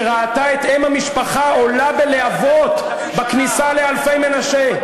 שראתה את אם המשפחה עולה בלהבות בכניסה לאלפי-מנשה.